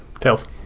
Tails